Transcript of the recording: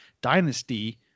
dynasty